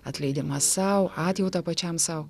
atleidimas sau atjautą pačiam sau